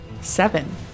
Seven